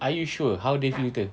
are you sure how they filter